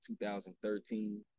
2013